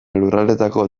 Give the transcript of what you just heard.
lurraldeetako